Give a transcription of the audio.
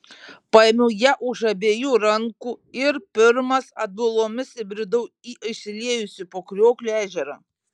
paėmiau ją už abiejų rankų ir pirmas atbulomis įbridau į išsiliejusį po kriokliu ežerą